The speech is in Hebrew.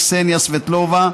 קסניה סבטלובה,